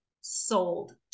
sold